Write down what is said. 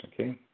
okay